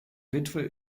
witwe